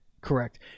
correct